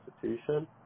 Constitution